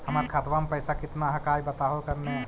हमर खतवा में पैसा कितना हकाई बताहो करने?